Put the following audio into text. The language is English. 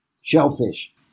shellfish